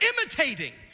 imitating